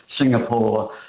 Singapore